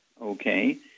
okay